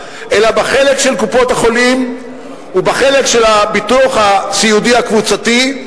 אלא בחלק של קופות-החולים ובחלק של הביטוח הסיעודי הקבוצתי,